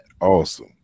Awesome